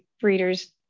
breeders